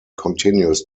continues